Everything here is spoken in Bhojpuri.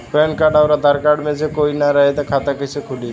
पैन कार्ड आउर आधार कार्ड मे से कोई ना रहे त खाता कैसे खुली?